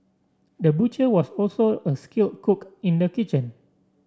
the butcher was also a skilled cook in the kitchen